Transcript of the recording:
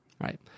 Right